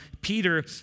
Peter